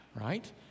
right